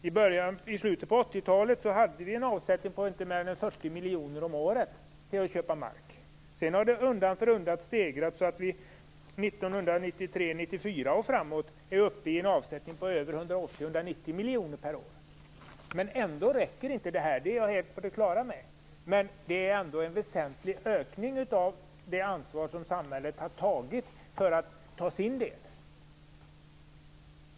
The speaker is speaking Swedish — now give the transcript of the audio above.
I slutet på 80-talet hade vi en avsättning på inte mer än 40 miljoner om året till att köpa mark. Sedan har det undan för undan stegrats, så att vi från 1993-1994 och framåt är uppe i en avsättning på 180-190 miljoner per år. Jag är helt på det klara med att det inte räcker, men det är ändå en väsentlig ökning av det ansvar som samhället har för sin del.